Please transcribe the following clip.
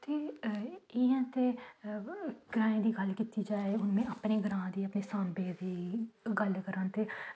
ठीक इंया ते ग्राएं दी गल्ल कीती जाए अपने ग्रांऽ दी ते सांबे दी गल्ल करांऽ ते